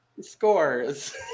Scores